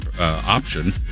option